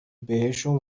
بهشون